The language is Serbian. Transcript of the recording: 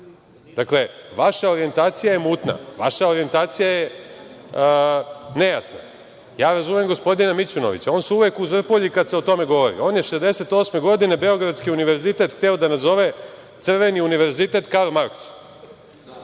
vi? Dakle, vaša orijentacija je mutna. Vaša orijentacija je nejasna. Ja razumem gospodina Mićunovića, on se uvek uzvrpolji kada se o tome govori. On je 1968. godine Beogradski univerzitet hteo da nazove „Crveni univerzitet Karl Marks“.